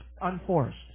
Unforced